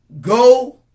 Go